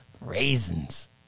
Raisins